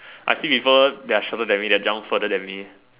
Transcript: I see people they're shorter than me they jump further than me